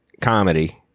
comedy